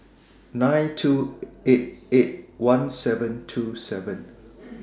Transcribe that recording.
nine two eight eight one seven two seven